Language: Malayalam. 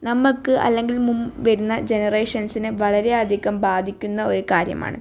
നമ്മൾക്ക് അല്ലെങ്കിൽ മും വരുന്ന ജനറേഷൻസിന് വളരെ അധികം ബാധിക്കുന്ന ഒരു കാര്യമാണ്